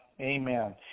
amen